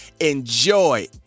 enjoy